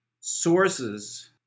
sources